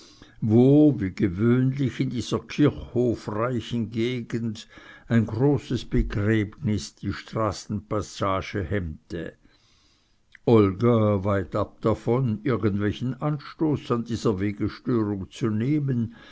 wo wie gewöhnlich in dieser kirchhofreichen gegend ein großes begräbnis die straßenpassage hemmte olga weitab davon irgendwelchen anstoß an dieser wegestörung zu nehmen